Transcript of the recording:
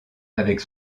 avec